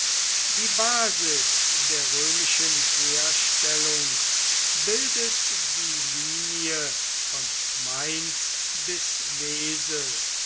die basis der römischen heerstellung bildet die linie von mainz